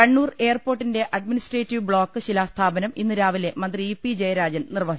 കണ്ണൂർ എയർപോട്ടിന്റെ administrative block ശിലാ സ്ഥാപനം ഇന്ന് രാവിലെ മന്ത്രി ഇ പി ജയരാജൻ നിർവഹിക്കും